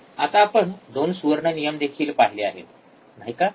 आता आपण 2 सुवर्ण नियम देखील पाहिले आहेत नाही का